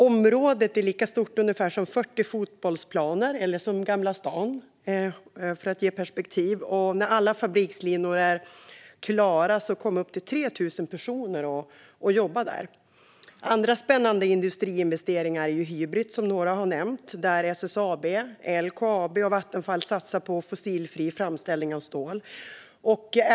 Området är ungefär lika stort som 40 fotbollsplaner eller som Gamla stan, för att ge perspektiv. När alla fabrikslinor är klara kommer upp till 3 000 personer att jobba där. Andra spännande industriinvesteringar är Hybrit, som några har nämnt, där SSAB, LKAB och Vattenfall satsar på fossilfri framställning av stål.